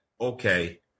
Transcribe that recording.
okay